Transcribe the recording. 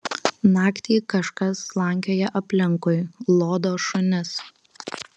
naktį kažkas slankioja aplinkui lodo šunis